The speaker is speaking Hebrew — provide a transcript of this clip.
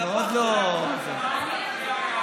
אנחנו עוד לא, התהפכתם.